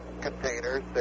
containers